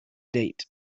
date